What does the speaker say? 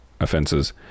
offenses